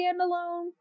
standalone